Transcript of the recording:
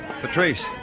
Patrice